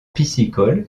piscicole